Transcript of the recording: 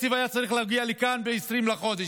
התקציב היה צריך להגיע לכאן ב-20 בחודש,